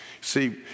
See